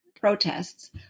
protests